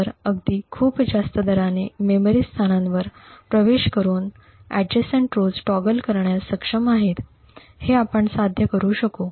तर अगदी खूप जास्त दराने मेमरी स्थानांवर प्रवेश करून समीपच्या पंक्ती टॉगल करण्यास सक्षम आहेत हे आपण साध्य करू शकू